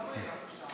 אז למה אין אף שר.